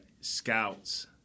scouts